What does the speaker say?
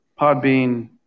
Podbean